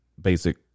basic